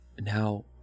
Now